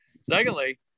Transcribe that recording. Secondly